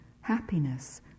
happiness